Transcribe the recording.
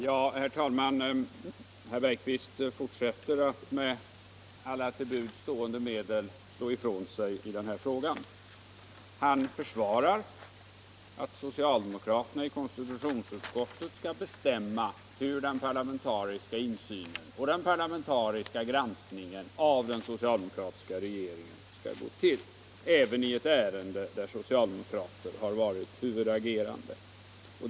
Herr talman! Herr Bergqvist fortsätter att med alla till buds stående medel slå ifrån sig i den här frågan. Han försvarar att socialdemokraterna i konstitutionsutskottet skall bestämma hur den parlamentariska insynen och den parlamentariska granskningen av den socialdemokratiska regeringen skall gå till — även i ett ärende där socialdemokrater har varit huvudagerande.